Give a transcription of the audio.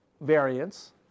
variance